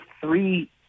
three